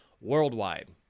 worldwide